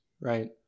right